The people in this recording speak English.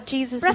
Jesus